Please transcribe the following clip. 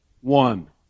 one